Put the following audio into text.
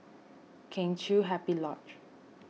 Kheng Chiu Happy Lodge